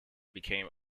became